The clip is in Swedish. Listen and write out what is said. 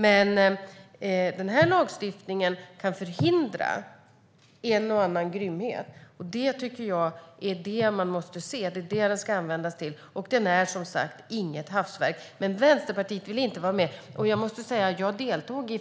Men man måste se att den här lagstiftningen kan förhindra en och annan grymhet. Det är det den ska användas till. Och den är som sagt inget hafsverk. Men Vänsterpartiet vill inte vara med. Jag deltog i